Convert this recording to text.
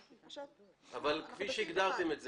כפי שהגדרתם את זה.